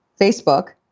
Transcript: Facebook